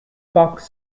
box